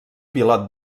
pilot